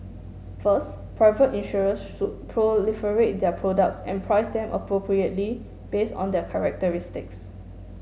first private insurers should proliferate their products and price them appropriately based on their characteristics